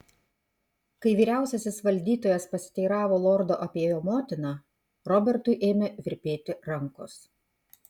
kai vyriausiasis valdytojas pasiteiravo lordo apie jo motiną robertui ėmė virpėti rankos